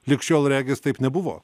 lig šiol regis taip nebuvo